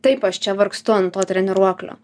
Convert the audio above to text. taip aš čia vargstu ant to treniruoklio